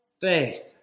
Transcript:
faith